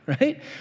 right